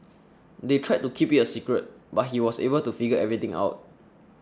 they tried to keep it a secret but he was able to figure everything out